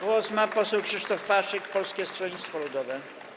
Głos ma poseł Krzysztof Paszyk, Polskie Stronnictwo Ludowe.